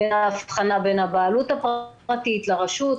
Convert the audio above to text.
בהבחנה בין הבעלות הפרטית לרשות,